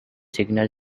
signal